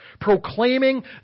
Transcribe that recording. proclaiming